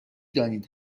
دانید